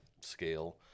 scale